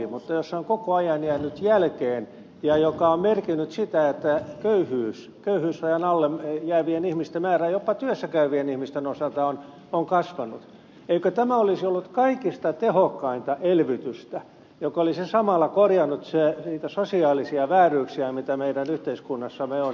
kun se on koko ajan jäänyt jälkeen mikä on merkinnyt sitä että köyhyysrajan alle jäävien ihmisten määrä jopa työssä käyvien ihmisten osalta on kasvanut eikö tämä olisi ollut kaikista tehokkainta elvytystä joka olisi samalla korjannut niitä sosiaalisia vääryyksiä mitä meidän yhteiskunnassamme on